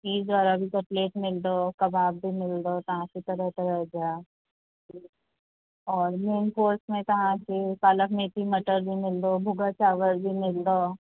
चीज़ वारा बि कटलेट्स मिलंदव कबाब बि मिलंदव तव्हांखे तरह तरह जा और मेन कोर्स में तव्हांखे पालक मेथी मटर बि मिलंदो भुॻा चावर ई मिलंदव